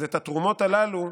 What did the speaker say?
אז את התרומות הללו,